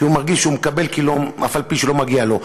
כי הוא מרגיש שהוא מקבל כאילו אף-על-פי שלא מגיע לו.